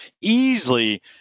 easily